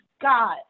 God